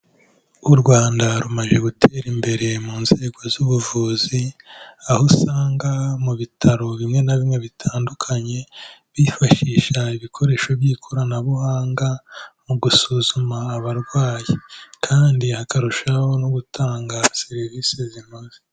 U Rwanda rumajije gutera imbere mu nzego z'ubuvuzi, aho usanga mu bitaro bimwe na bimwe bitandukanye bifashisha ibikoresho by'ikoranabuhanga mu gusuzuma abarwayi kandi hakarushaho no gutanga serivise zinoze.